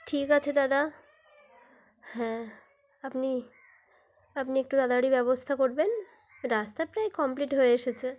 ঠিক আছে দাদা হ্যাঁ আপনি আপনি একটু তাড়াতাড়ি ব্যবস্থা করবেন রাস্তা প্রায় কমপ্লিট হয়ে এসেছে